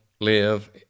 live